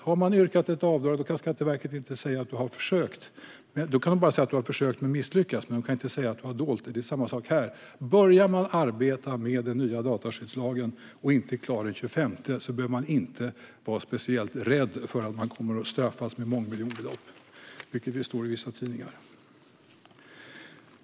Har man yrkat ett avdrag kan Skatteverket säga att man har försökt men misslyckats, men de kan inte säga att man har dolt något. Det är samma sak här. Börjar man arbeta enligt den nya dataskyddslagen men inte är klar den 25 maj behöver man inte vara speciellt rädd för att man kommer att straffas med att betala mångmiljonbelopp, vilket det står i vissa tidningar.